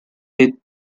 est